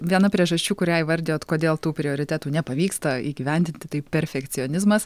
viena priežasčių kurią įvardijot kodėl tų prioritetų nepavyksta įgyvendinti tai perfekcionizmas